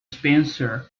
spencer